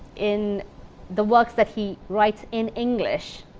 in the works that he writes in english.